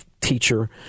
teacher